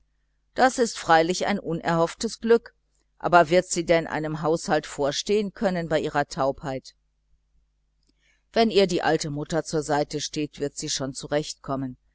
das ist freilich ein unerhofftes glück aber wird sie denn einem haushalt vorstehen können bei ihrer taubheit wenn ihr die alte mutter zur seite steht wird sie schon zurecht kommen